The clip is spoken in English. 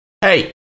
Hey